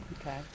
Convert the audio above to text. Okay